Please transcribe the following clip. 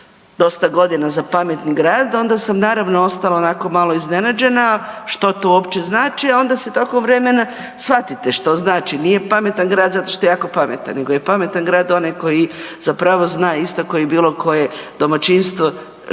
dosta godina za pametni grad onda sam naravno ostala onako malo iznenađena što to uopće znači, a onda se tokom vremena shvatite što znači. Nije pametan grad zato što je jako pametan nego je pametan grad onaj koji zapravo zna isto kao i bilo koje domaćinstvo što ima,